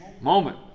moment